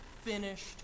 finished